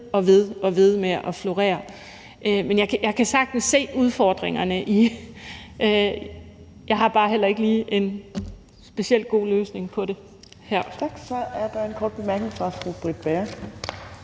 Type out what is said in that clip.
og ved med at florere. Men jeg kan sagtens se udfordringerne i det. Jeg har bare heller ikke lige en specielt god løsning på det her. Kl. 15:19 Tredje næstformand